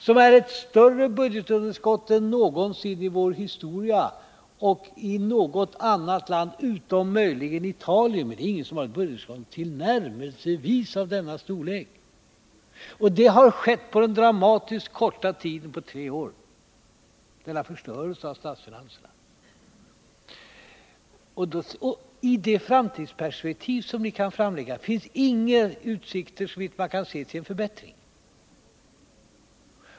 Det är alltså ett budgetunderskott som är större än någonsin i vår historia och som är större än i något annat land, utom möjligen i Italien. Det är ingen som har ett budgetunderskott som tillnärmelsevis är av denna storlek. Denna förstörelse av statsfinanserna har skett på den dramatiskt korta tiden av tre år. I ert framtidsperspektiv finns inga utsikter, såvitt man kan se, till en förbättring.